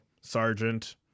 sergeant